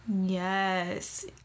Yes